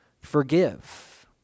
Forgive